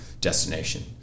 destination